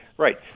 Right